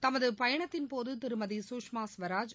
தமது பயணத்தின் போது திருமதி குஷ்மா ஸ்வராஜ்